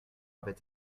avait